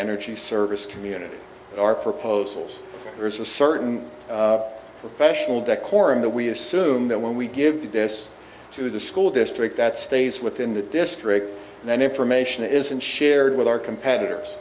energy service community our proposals there is a certain professional decorum that we assume that when we give this to the school district that stays within the district then information isn't shared with our competitors